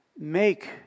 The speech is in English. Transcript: make